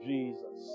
Jesus